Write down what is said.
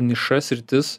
niša sritis